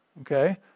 okay